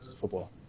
football